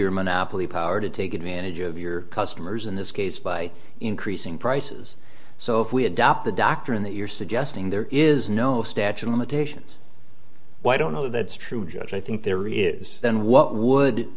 your monopoly power to take advantage of your customers in this case by increasing prices so if we adopt the doctrine that you're suggesting there is no statue of limitations why don't know that's true judge i think there is then what would